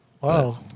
Wow